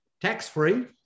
tax-free